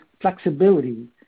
flexibility